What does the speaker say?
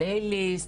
פלייליסט,